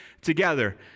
together